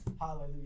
Hallelujah